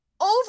over